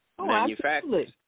manufacturers